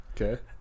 okay